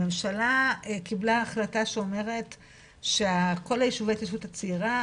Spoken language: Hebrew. הממשלה קיבלה החלטה שאומרת: שכל יישוביי ההתיישבות הצעירה,